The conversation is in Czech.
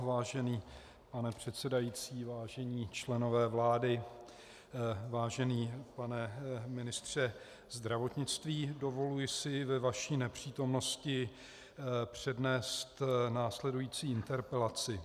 Vážený pane předsedající, vážení členové vlády, vážený pane ministře zdravotnictví, dovoluji si ve vaší nepřítomnosti přednést následující interpelaci.